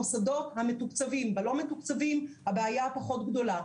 במוסדות הלא מתוקצבים הבעיה פחות גדולה,